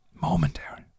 momentary